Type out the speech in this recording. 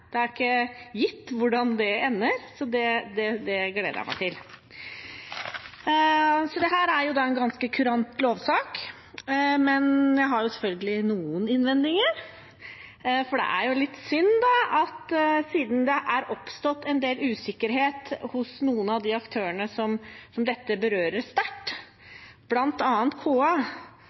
Det er ikke gitt hvordan det ender, så det gleder jeg meg til. Dette er en ganske kurant lovsak, men jeg har selvfølgelig noen innvendinger. Det er litt synd at det har oppstått en del usikkerhet hos noen av aktørene som dette berører sterkt, bl.a. KA,